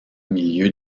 milieu